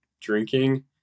drinking